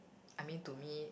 I mean to me